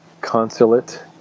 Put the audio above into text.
consulate